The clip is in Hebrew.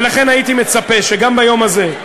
ולכן הייתי מצפה שגם ביום הזה,